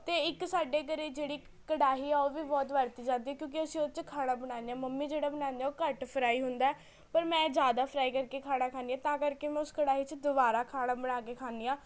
ਅਤੇ ਇੱਕ ਸਾਡੇ ਘਰ ਜਿਹੜੀ ਕੜਾਹੀ ਆ ਓਹ ਵੀ ਬਹੁਤ ਵਰਤੀ ਜਾਂਦੀ ਕਿਉਂਕਿ ਅਸੀਂ ਉਹ 'ਚ ਖਾਣਾ ਬਣਾਨੇ ਹਾਂ ਮੰਮੀ ਜਿਹੜਾ ਬਣਾਉਂਦੇ ਉਹ ਘੱਟ ਫਰਾਈ ਹੁੰਦਾ ਪਰ ਮੈਂ ਜ਼ਿਆਦਾ ਫਰਾਈ ਕਰਕੇ ਖਾਣਾ ਖਾਂਦੀ ਹਾਂ ਤਾਂ ਕਰਕੇ ਮੈਂ ਉਸ ਕੜਾਹੀ 'ਚ ਦੁਬਾਰਾ ਖਾਣਾ ਬਣਾ ਕੇ ਖਾਂਦੀ ਹਾਂ